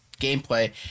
gameplay